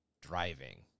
driving